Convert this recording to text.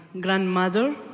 grandmother